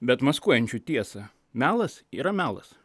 bet maskuojančių tiesą melas yra melas